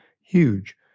huge